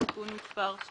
לתקנה 2